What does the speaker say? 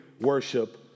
worship